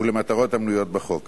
ולמטרות המנויות בחוק,